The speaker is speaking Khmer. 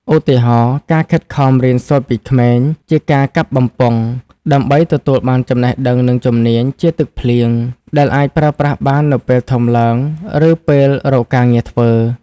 ឧទាហរណ៍ ការខិតខំរៀនសូត្រពីក្មេង (ជាការកាប់បំពង់) ដើម្បីទទួលបានចំណេះដឹង និងជំនាញ (ជាទឹកភ្លៀង) ដែលអាចប្រើប្រាស់បាននៅពេលធំឡើង ឬពេលរកការងារធ្វើ។